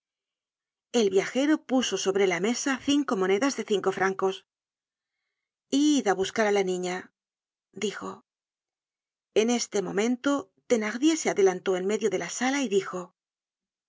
el viajero puso sobre la mesa cinco monedas de cinco francos id á buscar á la niña dijo en este momento thenardier se adelantó en medio de la sala y dijo